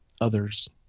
others